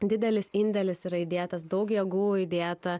didelis indėlis yra įdėtas daug jėgų įdėta